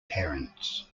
parents